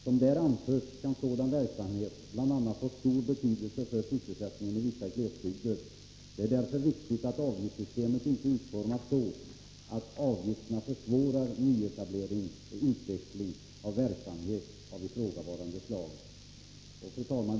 Som där anförs kan sådan verksamhet bl.a. få stor betydelse för sysselsättningen i vissa glesbygder. Det är därför viktigt att avgiftssystemet inte utformas så att avgifterna försvårar nyetablering och utveckling av verksamhet av ifrågavarande slag.” Fru talman!